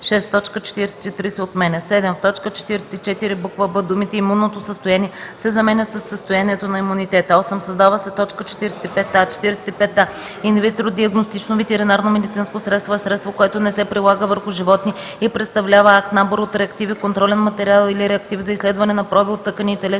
7. В т. 44, буква „б” думите „имунното състояние” се заменят със „състоянието на имунитета”. 8. Създава се т. 45а: „45а. „Инвитро диагностично ветеринарномедицинско средство” е средство, което не се прилага върху животни и представлява кит (набор от реактиви, контролен материал) или реактив за изследване на проби от тъкани и телесни